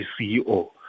CEO